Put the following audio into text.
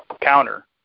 counter